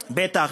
בטח.